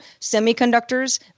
semiconductors